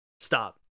Stop